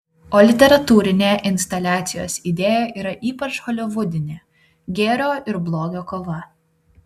o literatūrinė instaliacijos idėja yra ypač holivudinė gėrio ir blogio kova